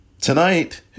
Tonight